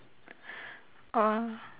um